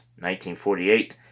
1948